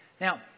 Now